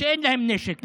אין להם נשק,